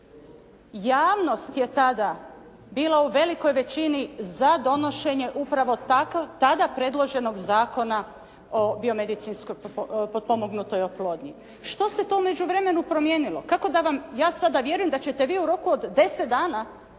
Javnost je tada bila u velikoj većini za donošenje upravo tada predloženog Zakona o biomedicinskoj potpomognutoj oplodnji. Što se to u međuvremenu promijenilo? Kako da vam ja sada vjerujem da ćete vi u roku od deset dana,